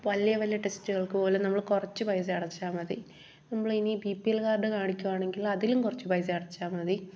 വലിയ വലിയ ടെസ്റ്റുകൾക്ക് പോലും നമ്മൾ കുറച്ച് പൈസ അടച്ചാൽ മതി നമ്മളിനി ബി പി എൽ കാർഡ് കാണിക്കുവാണെങ്കിൽ അതിലും കുറച്ച് പൈസ അടച്ചാൽ മതി